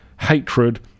Hatred